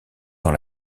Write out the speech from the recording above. dans